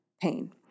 pain